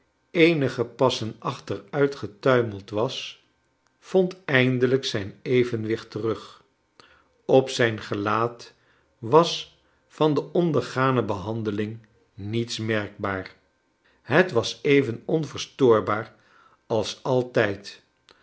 eenige passen achteruitgetuimeld was vond eindelijk zijn evenwicht terug op zijn gelaat was van de ondergane behandeling niets merkbaar het was even onverstoorbaar als altijd